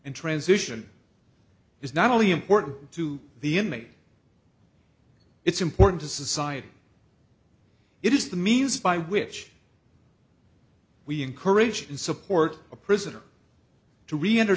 and transition is not only important to the inmate it's important to society it is the means by which we encourage and support a prisoner to reenter